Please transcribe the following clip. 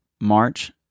March